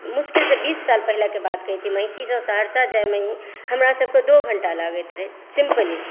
मुश्किलसँ बीस साल पहिलेकेँ बात कहय छी मेहसीसँ सहरसा जाएमे हमरा सभकेँ दो घण्टा लागैत रहय सिम्पली